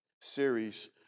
series